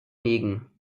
hegen